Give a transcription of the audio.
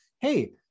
hey